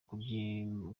kubyinana